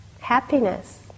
happiness